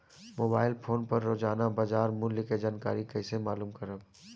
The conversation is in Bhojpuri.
मोबाइल फोन पर रोजाना बाजार मूल्य के जानकारी कइसे मालूम करब?